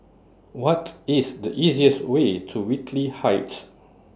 What IS The easiest Way to Whitley Heights